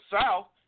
south